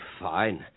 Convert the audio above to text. Fine